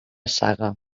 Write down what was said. saga